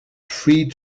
free